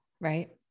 right